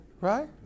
right